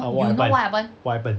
!huh! what happened what happened